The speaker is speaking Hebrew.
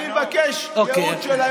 אני מבקש ייעוץ משפטי.